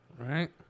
Right